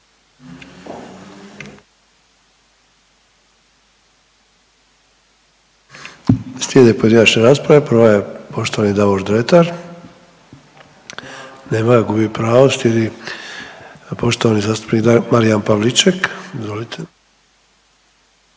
Slijede pojedinačne rasprave. Prva je poštovani Davor Dretar, nema ga gubi pravo. Slijedi poštovani zastupnik Marijan Pavliček, izvolite.